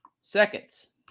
seconds